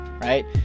Right